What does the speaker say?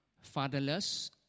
fatherless